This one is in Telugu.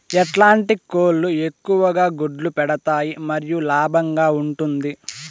ఎట్లాంటి కోళ్ళు ఎక్కువగా గుడ్లు పెడతాయి మరియు లాభంగా ఉంటుంది?